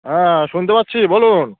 হ্যাঁ শুনতে পাচ্ছি বলুন